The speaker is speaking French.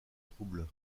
trouble